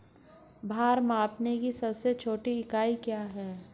भार मापने की सबसे छोटी इकाई क्या है?